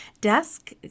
desk